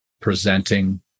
presenting